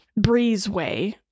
breezeway